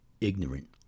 ignorant